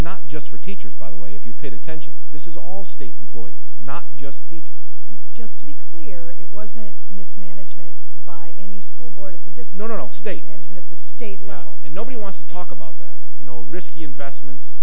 not just for teachers by the way if you paid attention this is all state employees not just teachers and just to be clear it wasn't mismanagement by any school board at the just normal state and even at the state level and nobody wants to talk about that you know risky investments